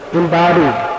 embodied